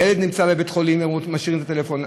ילד נמצא בבית-חולים ומשאירים את הטלפון.